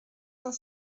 cent